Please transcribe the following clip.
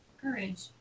courage